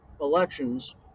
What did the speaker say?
elections